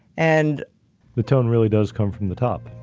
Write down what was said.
and the tone really does come from the top.